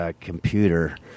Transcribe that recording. computer